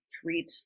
treat